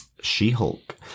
She-Hulk